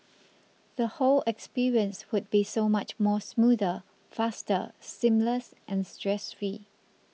the whole experience would be so much more smoother faster seamless and stress free